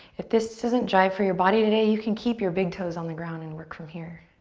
if this doesn't jive for your body today, you can keep your big toes on the ground and work from here.